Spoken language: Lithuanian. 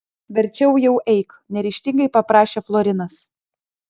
verčiau jau eik neryžtingai paprašė florinas